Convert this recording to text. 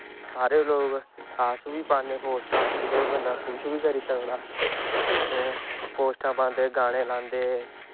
सारे लोग अस बी पांदे पोस्टां एह्दे पर कोई कुछ बी करी सकदा पोस्टां पांदे गानें लांदे